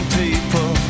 people